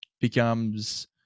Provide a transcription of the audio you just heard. becomes